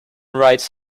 writes